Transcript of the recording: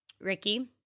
Ricky